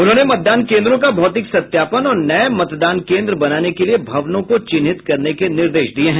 उन्होंने मतदान केंद्रों का भौतिक सत्यापन और नये मतदान केंद्र बनाने के लिये भवनों को चिन्हित करने के निर्देश दिये हैं